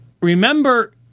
remember